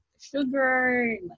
sugar